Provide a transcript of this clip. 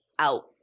Out